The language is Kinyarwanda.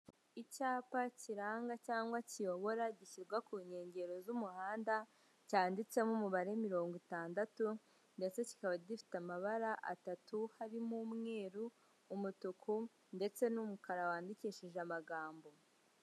Icyapa kiranga cyangwa kiyobora gishyirwa ku nkengero z'umuhanda cyanditsemo umubare mirongo itandatu, ndetse kikaba gifite amabara atatu harimo umweru umutuku ndetse n'umukara wandikishije amagambo.